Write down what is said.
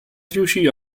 riuscì